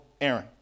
Aaron